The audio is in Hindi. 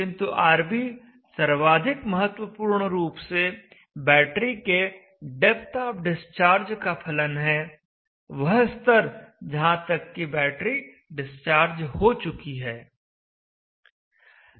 किंतु RB सर्वाधिक महत्वपूर्ण रूप से बैटरी के डेप्थ आफ डिस्चार्ज का फलन है वह स्तर जहां तक कि बैटरी डिस्चार्ज हो चुकी है